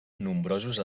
nombrosos